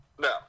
No